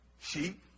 Sheep